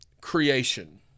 creation